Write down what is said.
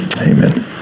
Amen